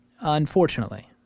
Unfortunately